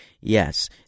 Yes